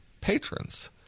patrons